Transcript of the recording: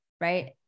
Right